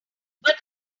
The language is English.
but